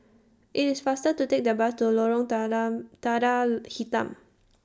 IT IS faster to Take The Bus to Lorong Dana Dana Hitam